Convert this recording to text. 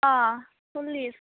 अ सल्लिस